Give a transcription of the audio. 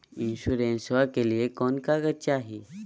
इंसोरेंसबा के लिए कौन कागज चाही?